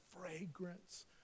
fragrance